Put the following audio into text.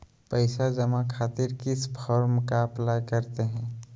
पैसा जमा खातिर किस फॉर्म का अप्लाई करते हैं?